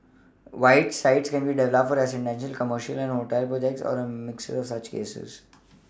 white sites can be developed for residential commercial or hotel projects or a mix of such uses